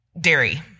dairy